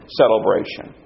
celebration